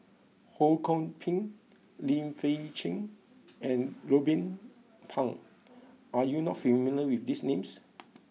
Ho Kwon Ping Lim Fei Shen and Ruben Pang are you not familiar with these names